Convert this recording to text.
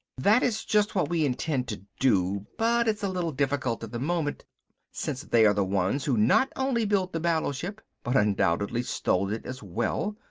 that is just what we intend to do, but it's a little difficult at the moment since they are the ones who not only built the battleship, but undoubtedly stole it as well.